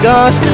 God